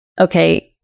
okay